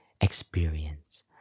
experience